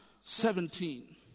Seventeen